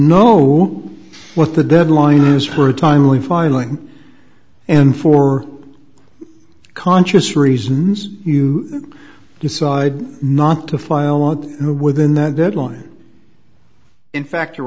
know what the deadline is for a timely filing and for conscious reasons you can decide not to file what you know within that deadline in fact